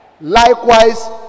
likewise